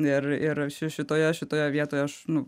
ir ir šitoje šitoje vietoje aš nu